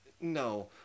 no